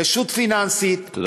רשות פיננסית, תודה רבה.